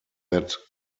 that